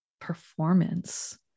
performance